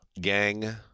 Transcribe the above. gang